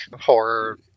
horror